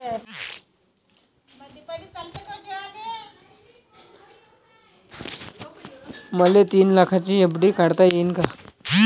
मले तीन लाखाची एफ.डी काढता येईन का?